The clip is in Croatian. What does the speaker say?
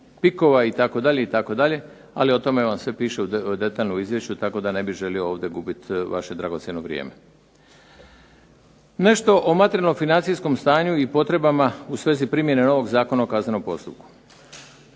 se./… itd., itd., ali o tome vam sve piše detaljno u izvješću, tako da ne bih želio ovdje gubiti vaše dragocjeno vrijeme. Nešto o materijalnom financijskom stanju i potrebama u svezi primjene novog Zakona o kaznenom postupku.